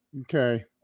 Okay